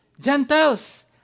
Gentiles